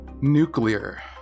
Nuclear